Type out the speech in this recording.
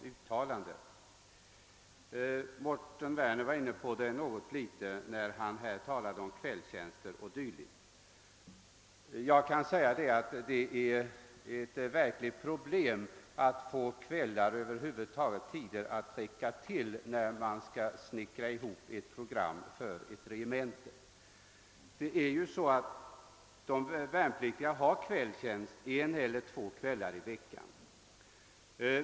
Också herr Werner var något litet inne på denna fråga när han bl.a. nämnde kvällstjänstgöringen. Det är ett verkligt problem att få kvällar och tider över huvud taget att räcka till när man skall snickra ihop ett program för ett regemente. De värnpliktiga har kvällstjänst en eller två kvällar i veckan.